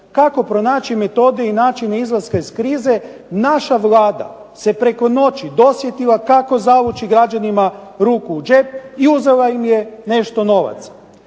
kako pronaći metode i načine izlaska iz krize naša Vlada se preko noći dosjetila kako zavući građanima ruku u džep i uzela im je nešto novaca.